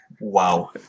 Wow